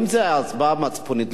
אם זו הצבעה מצפונית,